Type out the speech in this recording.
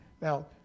Now